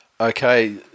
Okay